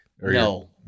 No